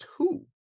two